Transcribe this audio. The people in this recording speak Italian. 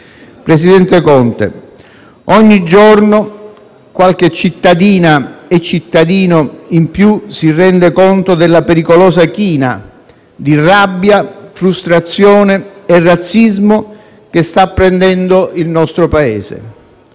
Presidente Conte, ogni giorno qualche cittadina e cittadino in più si rende conto della pericolosa china di rabbia, frustrazione e razzismo che sta prendendo il nostro Paese.